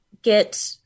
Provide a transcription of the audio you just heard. Get